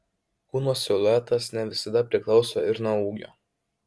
kūno siluetas ne visada priklauso ir nuo ūgio